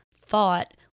thought